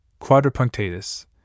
quadrupunctatus